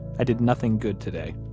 i did nothing good today.